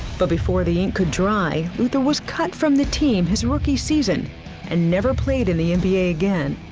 but before the ink could dry, luther was cut from the team his rookie season and never played in the nba again.